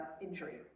injury